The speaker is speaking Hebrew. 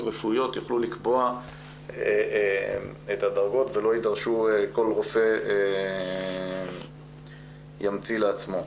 רפואיות יוכלו לקבוע את הדרגות ולא שכל רופא ימציא לעצמו.